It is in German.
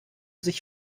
sich